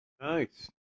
Nice